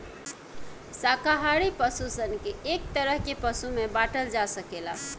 शाकाहारी पशु सन के एक तरह के पशु में बाँटल जा सकेला